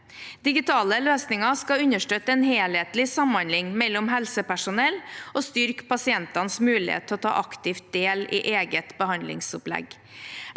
Digitale løsninger skal understøtte en helhetlig samhandling mellom helsepersonell og styrke pasientenes mulighet til å ta aktivt del i eget behandlingsopplegg.